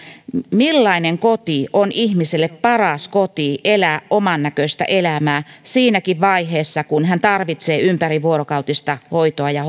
millainen koti on ihmiselle paras koti elää omannäköistä elämää siinäkin vaiheessa kun hän tarvitsee ympärivuorokautista hoitoa ja